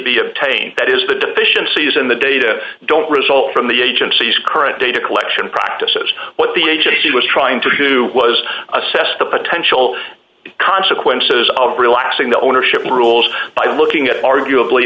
be obtained that is the deficiencies in the data don't result from the agency's current data collection practices what the agency was trying to do was assess the potential consequences of relaxing the ownership rules by looking at arguably